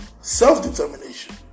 Self-determination